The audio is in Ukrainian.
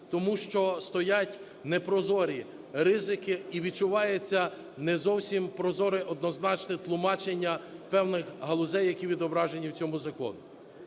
тому що стоять непрозорі ризики і відчувається не зовсім прозоре однозначне тлумачення певних галузей, які відображенні в цьому законі.